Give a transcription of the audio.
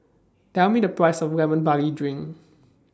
Tell Me The Price of Lemon Barley Drink